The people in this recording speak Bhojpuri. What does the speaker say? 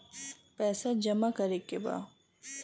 पैसा जमा करे के बा?